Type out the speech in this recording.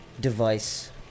device